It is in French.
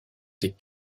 des